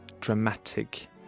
dramatic